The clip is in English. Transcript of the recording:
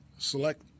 Select